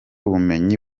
ubumenyi